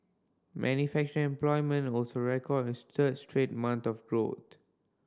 manufacturing employment also recorded its third straight month of growth